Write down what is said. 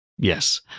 Yes